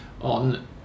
on